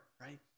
right